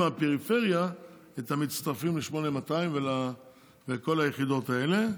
מהפריפריה את המצטרפים ל-8200 ולכל היחידות האלה.